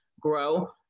grow